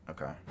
Okay